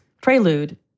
prelude